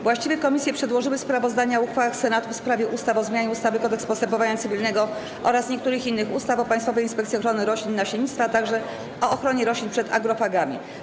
Właściwe komisje przedłożyły sprawozdania o uchwałach Senatu w sprawie ustaw: - o zmianie ustawy - Kodeks postępowania cywilnego oraz niektórych innych ustaw, - o Państwowej Inspekcji Ochrony Roślin i Nasiennictwa, - o ochronie roślin przed agrofagami.